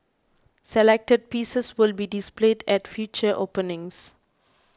selected pieces will be displayed at future openings